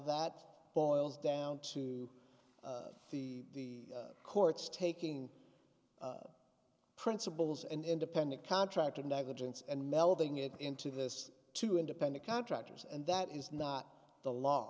that boils down to the courts taking principles and independent contractor negligence and melding it into this two independent contractors and that is not the law